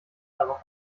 darauf